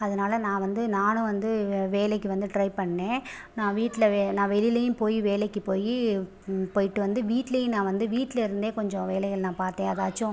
அதனால் நான் வந்து நானும் வந்து வேலைக்கு வந்து ட்ரை பண்னேன் நான் வீட்டில் வெ நான் வெளிலேயும் போய் வேலைக்கு போய் போயிட்டு வந்து வீட்லேயும் நான் வந்து வீட்லேருந்தே கொஞ்சம் வேலைகள் நான் பார்த்தேன் அதாச்சும்